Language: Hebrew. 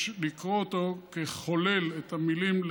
יש לקרוא אותו ככולל את המילים: